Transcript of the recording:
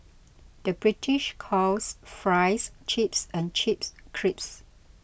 the British calls Fries Chips and Chips Crisps